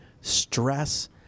stress